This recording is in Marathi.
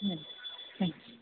हं थँक्यू